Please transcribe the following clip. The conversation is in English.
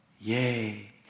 yay